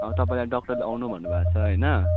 अब तपाईँलाई डक्टरले आउनु भन्नु भएको छ होइन